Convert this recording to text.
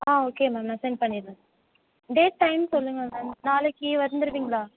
ஆ okay ma'am நான் sent பண்ணிட்டுறேன் date time சொல்லுங்கள் மேம் நாளைக்கு வந்துருவீங்களா